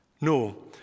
No